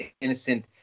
innocent